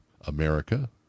America